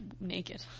naked